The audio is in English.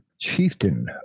chieftain